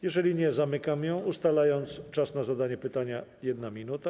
Jeżeli nie, zamykam ją, ustalając czas na zadanie pytania - 1 minuta.